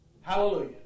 hallelujah